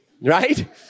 right